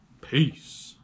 Peace